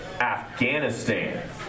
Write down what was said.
Afghanistan